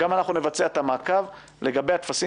גם אנחנו נבצע את המעקב לגבי הטפסים